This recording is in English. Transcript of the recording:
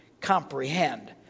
comprehend